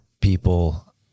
people